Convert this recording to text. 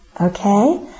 Okay